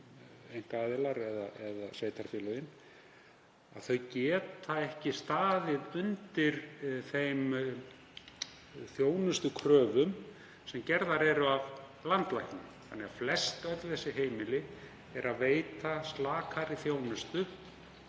einkaaðilar eða sveitarfélögin, að þau geta ekki staðið undir þeim þjónustukröfum sem gerðar eru af landlækni þannig að flestöll þessi heimili veita lakari þjónustu